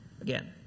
Again